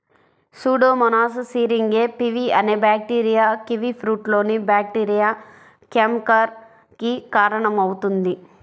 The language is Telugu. సూడోమోనాస్ సిరింగే పివి అనే బ్యాక్టీరియా కివీఫ్రూట్లోని బ్యాక్టీరియా క్యాంకర్ కి కారణమవుతుంది